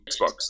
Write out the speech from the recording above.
Xbox